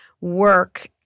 work